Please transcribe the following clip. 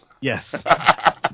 Yes